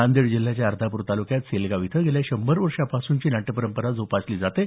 नांदेड जिल्ह्याच्या अर्धापूर तालूक्यात सेलगाव इथं गेल्या शंभर वर्षापासूनची नाट्यपरंपरा जोपासली जाते